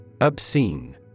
Obscene